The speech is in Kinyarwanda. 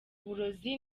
burozi